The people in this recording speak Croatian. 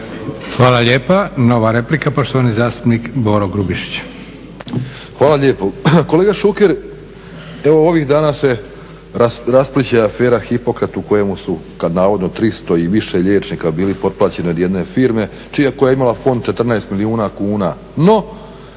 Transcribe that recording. Hvala lijepa. Nova replika, poštovani zastupnik Boro Grubišić. **Grubišić, Boro (HDSSB)** Hvala lijepo. Kolega Šuker evo ovih dana se raspliće afera "HIPOKRAT" u kojem su navodno 300 i više liječnika bili potplaćeni od jedne firme koja je imala fond 14 milijuna kuna.